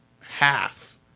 half